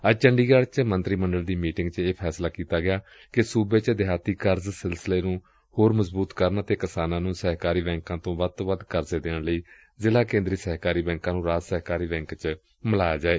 ਅੱਜ ਮੰਤਰੀ ਮੰਡਲ ਦੀ ਮੀਟਿੰਗ ਚ ਇਹ ਫੈਸਲਾ ਕੀਤਾ ਗਿਆ ਕਿ ਸੁਬੇ ਚ ਦਿਹਾਤੀ ਕਰਜ਼ ਸਿਲਸਿਲੇ ਨੂੰ ਮਜ਼ਬੁਤ ਕਰਨ ਅਤੇ ਕਿਸਾਨਾਂ ਨੂੰ ਸਹਿਕਾਰੀ ਬੈਂਕਾਂ ਤੋਂ ਵੱਧ ਤੋਂ ਵੱਧ ਕਰਜ਼ੇ ਦੇਣ ਲਈ ਜ਼ਿਲਾ ਕੇਂਦਰੀ ਸਹਿਕਾਰੀ ਬੈਂਕਾਂ ਨੂੰ ਰਾਜ ਸਹਿਕਾਰੀ ਬੈਂਕ ਚ ਮਿਲਾਇਆ ਜਾਏ